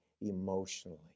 emotionally